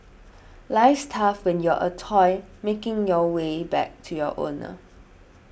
life's tough when you're a toy making your way back to your owner